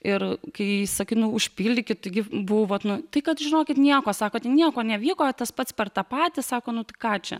ir kai sakau užpildykit taigi buvot nu tai kad žinokit nieko sako nieko nevyko tas pats per tą patį sako nu tai ką čia